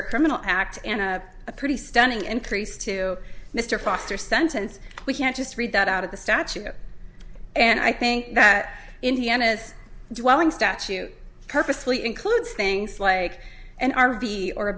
career criminal act and a pretty stunning increase to mr foster sentence we can't just read that out of the statute and i think that indiana's dwelling statute purposely includes things like an r v or a